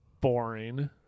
boring